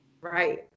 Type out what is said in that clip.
Right